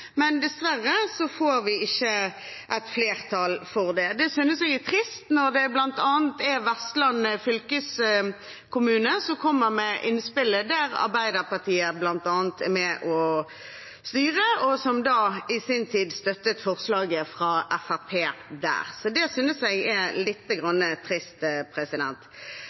men dessverre får vi ikke flertall for det. Det synes jeg er trist når det bl.a. er Vestland fylkeskommune som kommer med innspillet, der Arbeiderpartiet er med og styrer, som i sin tid støttet forslaget fra Fremskrittspartiet der. Så dette synes jeg er lite grann trist.